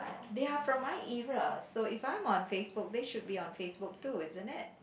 they are from my era so if I'm on facebook they should be on facebook too isn't it